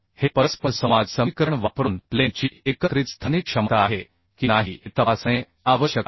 तर हे परस्परसंवाद समीकरण वापरून प्लेन ची एकत्रित स्थानिक क्षमता आहे की नाही हे तपासणे आवश्यक आहे